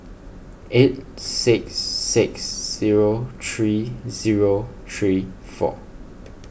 eight six six zero three zero three four